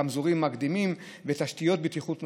רמזורים מקדימים ותשתיות בטיחות נוספות.